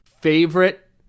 Favorite